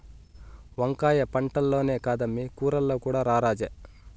వంకాయ పంటల్లోనే కాదమ్మీ కూరల్లో కూడా రారాజే